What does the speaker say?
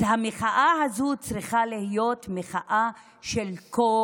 המחאה הזאת צריכה להיות מחאה של כל